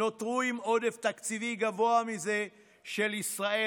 נותרו עם עודף תקציבי גבוה מזה של ישראל